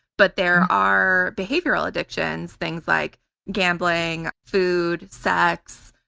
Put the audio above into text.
but there are behavioral addictions, things like gambling, food, sex,